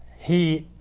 he